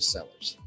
Sellers